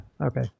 okay